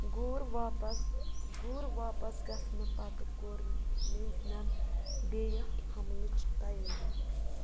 غور واپس غور واپس گژھنہٕ پتہٕ کوٚر میزنَن بیٚیہِ حملٕچ تیٲری